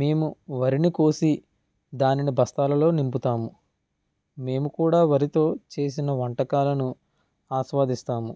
మేము వరిని కోసి దానిని బస్తాలలో నింపుతాము మేము కూడా వరితో చేసిన వంటకాలను ఆస్వాదిస్తాము